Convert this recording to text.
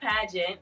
pageant